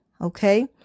Okay